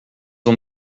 ont